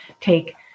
take